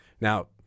now